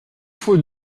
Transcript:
faut